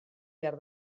behar